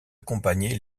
accompagner